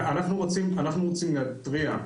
אנחנו רוצים להתריע,